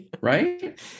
right